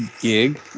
gig